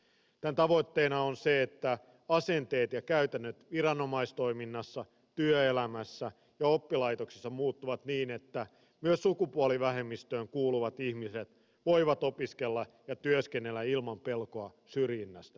tämän tavoitteena on se että asenteet ja käytännöt viranomaistoiminnassa työelämässä ja oppilaitoksissa muuttuvat niin että myös sukupuolivähemmistöön kuuluvat ihmiset voivat opiskella ja työskennellä ilman pelkoa syrjinnästä